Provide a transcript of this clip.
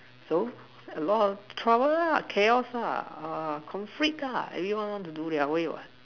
so a lot trouble ah chaos lah err conflict ah everyone want to do their way mah